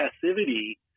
passivity